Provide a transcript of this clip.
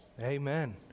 Amen